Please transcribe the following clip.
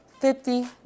Fifty